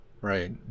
Right